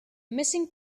missing